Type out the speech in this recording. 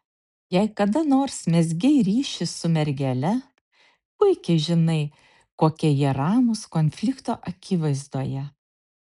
jei kada nors mezgei ryšį su mergele puikiai žinai kokie jie ramūs konflikto akivaizdoje